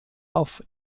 auf